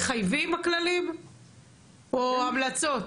הכללים מחייבים או המלצות?